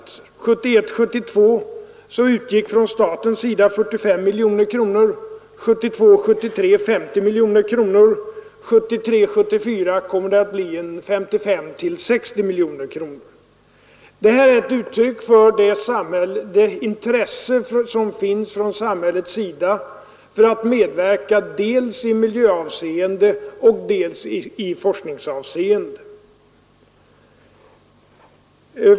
197 1 73 50 miljoner kronor och 1973/74 kommer det att bli 55—60 miljoner kronor. Detta är ett uttryck för det intresse som finns från samhällets sida att medverka dels i miljöavseende dels i forskningsavseende.